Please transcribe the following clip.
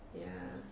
ya